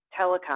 telecom